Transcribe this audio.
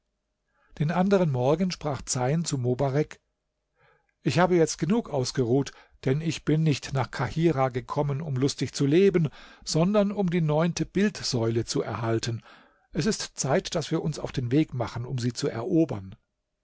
den anderen morgen sprach zeyn zu mobarek ich habe jetzt genug ausgeruht denn ich bin nicht nach kahirah gekommen um lustig zu leben sondern um die neunte bildsäule zu erhalten es ist zeit daß wir uns auf den weg machen um sie zu erobern